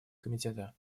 комитета